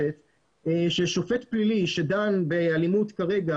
ששופט פלילי שדן באלימות כרגע,